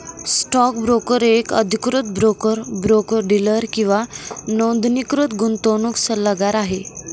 stock broker एक अधिकृत broker, broker dealer किंवा नोंदणीकृत गुंतवणूक सल्लागार आहे